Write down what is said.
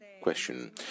question